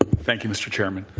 thank you mr. chairman.